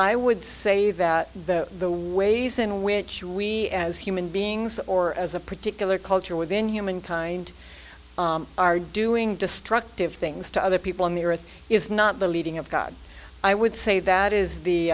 i would say that the ways in which we as human beings or as a particular culture within humankind are doing destructive things to other people on the earth is not believing of god i would say that is the